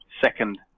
second